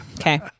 Okay